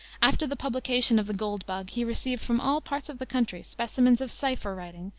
after the publication of the gold bug he received from all parts of the country specimens of cipher writing,